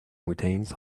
mountains